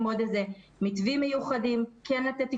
עוד איזה מתווים מיוחדים כן לתת תקצוב,